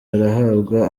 arahabwa